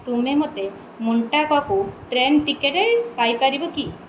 ତୁମେ ମୋତେ ମୋଣ୍ଟାକକୁ ଟ୍ରେନ୍ ଟିକେଟ୍ ପାଇପାରିବ କି